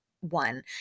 one